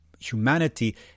Humanity